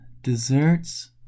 Desserts